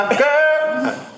girl